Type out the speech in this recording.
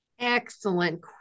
Excellent